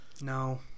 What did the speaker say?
No